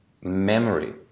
memory